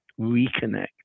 reconnect